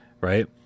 right